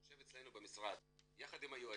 יושב אצלנו במשרד יחד עם היועצת,